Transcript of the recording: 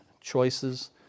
choices